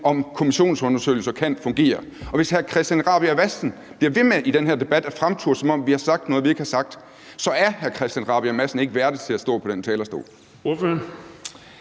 om kommissionsundersøgelser kan fungere, og hvis hr. Christian Rabjerg Madsen i den her debat bliver ved med at fremture, som om vi har sagt noget, som vi ikke har sagt, så er hr. Christian Rabjerg Madsen ikke værdig til at stå på den talerstol.